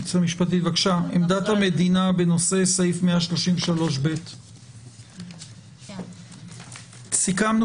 עמדת המדינה בנושא סעיף 23ב. סיכמנו